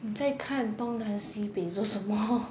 你在看东南西北做什么